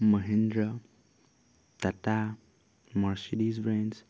Mahindra Tata Mercedes Benz